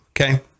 Okay